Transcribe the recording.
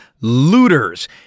Looters